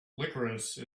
licorice